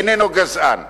איננו גזען.